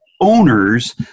owners